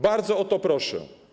Bardzo o to proszę.